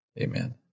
amen